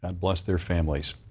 and bless their families.